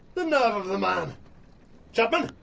the nerve of the man chapman!